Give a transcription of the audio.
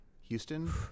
Houston